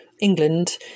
England